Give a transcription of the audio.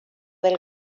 del